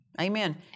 Amen